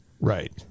Right